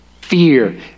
fear